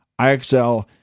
IXL